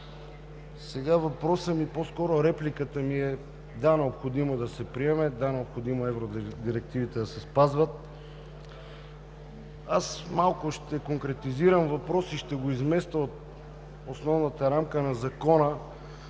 Сега въпросът ми, по-скоро репликата ми е: да, необходимо е да се приеме, да, необходимо е евродирективите да се спазват. Аз малко ще конкретизирам въпроса и ще го изместя от основната рамка на Закона,